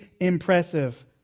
impressive